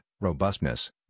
robustness